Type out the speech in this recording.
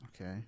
okay